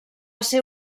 ser